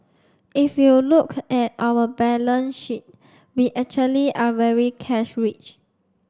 if you look at our balance sheet we actually are very cash rich